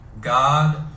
God